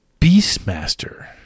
Beastmaster